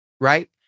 right